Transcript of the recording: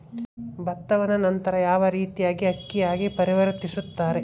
ಭತ್ತವನ್ನ ನಂತರ ಯಾವ ರೇತಿಯಾಗಿ ಅಕ್ಕಿಯಾಗಿ ಪರಿವರ್ತಿಸುತ್ತಾರೆ?